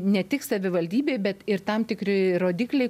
ne tik savivaldybei bet ir tam tikri rodikliai